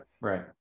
Right